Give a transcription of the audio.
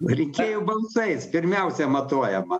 rinkėjų balsais pirmiausia matuojama